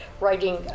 writing